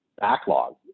backlog